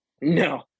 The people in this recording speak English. No